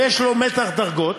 ויש לו מתח דרגות,